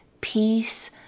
Peace